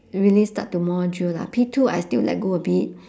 really start to more drill lah P two I still let go a bit